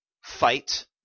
fight